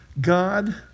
God